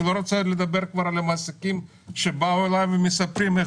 אני לא רוצה לדבר על המעסיקים שבאו אלי ומספרים איך